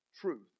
truth